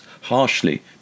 harshly